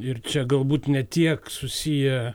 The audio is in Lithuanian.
ir čia galbūt ne tiek susiję